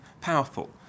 powerful